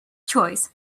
choice